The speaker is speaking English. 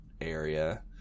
area